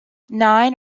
nine